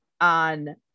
on